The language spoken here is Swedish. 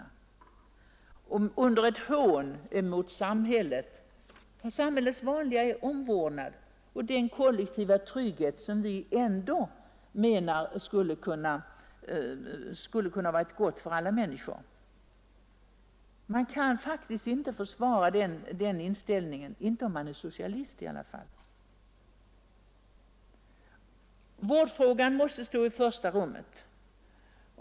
Det är ett hån mot samhällets vanliga omvårdnad och den kollektiva trygghet som vi ändå menar skulle kunna innebära någonting gott för alla människor. Den inställningen kan faktiskt inte försvaras, i alla fall inte om man är socialist. Vårdfrågan måste komma i första rummet.